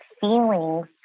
feelings